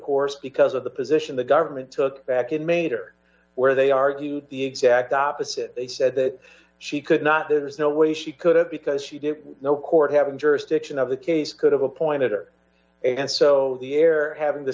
course because of the position the government took back in mater where they argued the exact opposite they said that she could not there's no way she could have because she did no court having jurisdiction of the case could have appointed her and so the heir having the